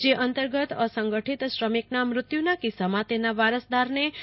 જે અંતર્ગત અસંગઠિત શ્રમિકના મત્યુના કિસ્સામાં તેના વારસદારને રૂા